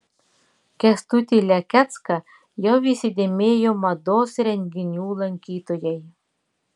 kęstutį lekecką jau įsidėmėjo mados renginių lankytojai